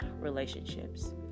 relationships